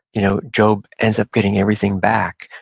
you know job ends up getting everything back.